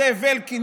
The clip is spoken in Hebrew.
זאב אלקין,